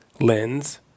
lens